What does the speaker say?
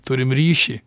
turim ryšį